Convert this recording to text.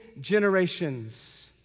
generations